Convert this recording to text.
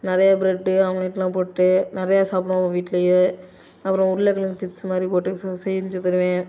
நிறையா bread omelette எல்லாம் போட்டு நிறையா சாப்பிடுவோம் வீட்டுலேயே அப்புறம் உருளக்கிழங்கு சிப்ஸ் மாதிரி போட்டு செய் செஞ்சு தருவேன்